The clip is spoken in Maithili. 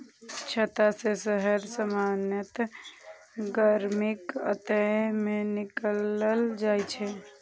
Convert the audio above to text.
छत्ता सं शहद सामान्यतः गर्मीक अंत मे निकालल जाइ छै